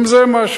גם זה משהו,